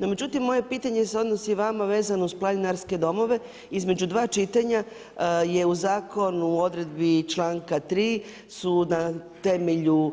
No međutim, moje pitanje se odnosi vama vezano uz planinarske domove, između dva čitanja je u Zakon u odredbi čl. 3. su na temelju